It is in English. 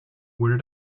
where